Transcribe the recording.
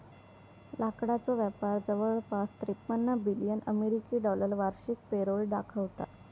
लाकडाचो व्यापार जवळपास त्रेपन्न बिलियन अमेरिकी डॉलर वार्षिक पेरोल दाखवता